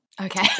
Okay